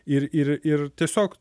ir ir ir tiesiog